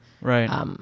Right